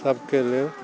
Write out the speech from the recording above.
सबके लेल